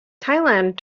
thailand